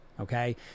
Okay